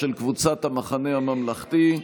של קבוצת המחנה הממלכתי.